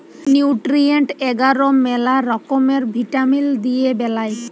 nutrient এগার ম্যালা রকমের ভিটামিল দিয়ে বেলায়